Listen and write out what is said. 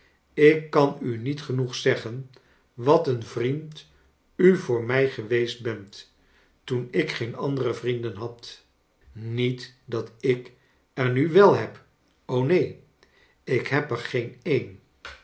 ik kan u niet genoeg zeggen wat een vriend u voor mij geweest bent toen ik geen andere vrienden had niet dat ik er nu wel heb o neen ik heb er geen een